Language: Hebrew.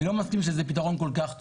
אני לא מסכים שזה פתרון כל כך טוב,